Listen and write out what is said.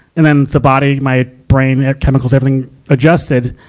and then the body, my brain, chemicals, everything adjusted.